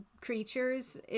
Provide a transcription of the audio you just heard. creatures